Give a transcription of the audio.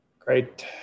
great